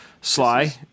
Sly